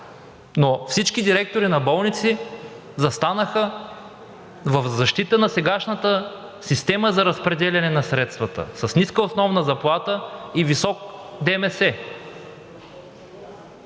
но всички директори на болници застанаха в защита на сегашната система за разпределяне на средствата – с ниска основна заплата и високо ДМС,